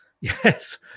Yes